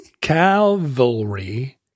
cavalry